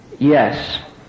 Yes